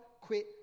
quit